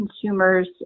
consumer's